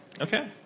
Okay